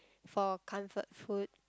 for a comfort food